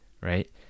right